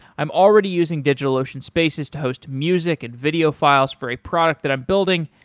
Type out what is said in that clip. i'm already using digitalocean spaces to host music and video files for a product that i'm building,